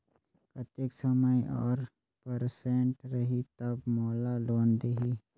कतेक समय और परसेंट रही तब मोला लोन देही?